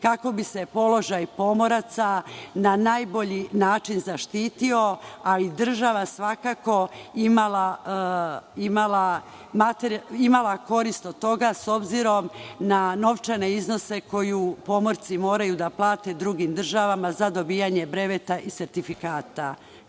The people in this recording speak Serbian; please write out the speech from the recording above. kako bi se položaj pomoraca na najbolji način zaštitio, a i država svakako imala korist od toga, s obzirom na novčane iznose koje pomorci moraju da plate drugim državama za dobijanje bremeta i sertifikata.